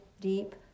deep